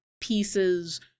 pieces